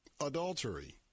Adultery